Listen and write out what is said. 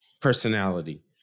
personality